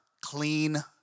Clean